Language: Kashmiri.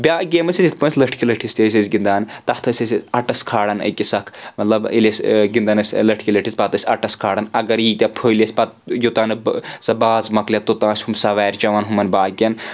بیاکھ گیم ٲس ٲسۍ یِتھ پٲٹھۍ لٔٹھکہِ لٔٹھِس تہِ ٲسۍ أسۍ گِنٛدان تتھ ٲسۍ أسۍ اَٹَس کھالان أکِس اَکھ مطلب ییٚلہِ أسۍ گنٛدان ٲسۍ لٔٹھکہِ لٹھِس پتہٕ ٲسۍ اَٹَس کھالان اگر ییٖتیٛاہ پھٔلۍ ٲسۍ پَتہٕ یوٚتانۍ سۄ باز مۄکلی توٚتان ٲسۍ ہُم سوارِ چؠوان ہُمَن باقیَن